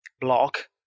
block